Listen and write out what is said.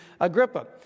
Agrippa